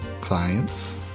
clients